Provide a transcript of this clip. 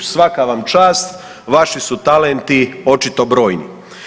Sva vam čast, vaši su talenti očito brojni.